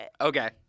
Okay